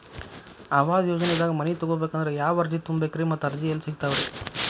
ಆವಾಸ ಯೋಜನೆದಾಗ ಮನಿ ತೊಗೋಬೇಕಂದ್ರ ಯಾವ ಅರ್ಜಿ ತುಂಬೇಕ್ರಿ ಮತ್ತ ಅರ್ಜಿ ಎಲ್ಲಿ ಸಿಗತಾವ್ರಿ?